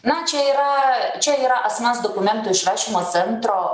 na čia yra čia yra asmens dokumentų išrašymo centro